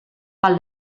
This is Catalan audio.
pel